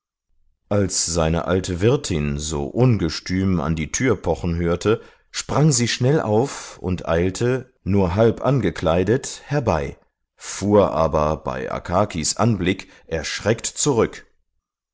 als seine alte wirtin so ungestüm an die tür pochen hörte sprang sie schnell auf und eilte nur halb angekleidet herbei fuhr aber bei akakis anblick erschreckt zurück